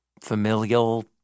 Familial